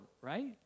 right